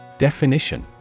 Definition